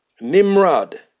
nimrod